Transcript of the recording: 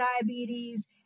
diabetes